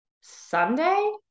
Sunday